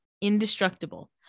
indestructible